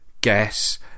guess